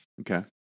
Okay